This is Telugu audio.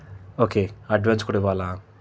ఓకే అడ్వాన్స్ కూడ ఇవ్వాలా